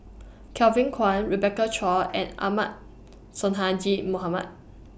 Kevin Kwan Rebecca Chua and Ahmad Sonhadji Mohamad